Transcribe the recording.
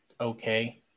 okay